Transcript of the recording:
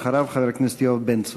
אחריו, חבר הכנסת יואב בן צור.